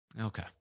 Okay